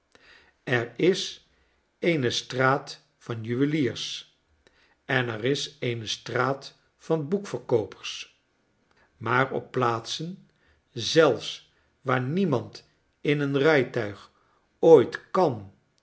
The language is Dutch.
er is eene straat van juweliers en er is eene straat van boekverkoopers maar op plaatsen zelfs waar niemand in een rijtuig ooit kan